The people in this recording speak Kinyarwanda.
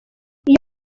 iyo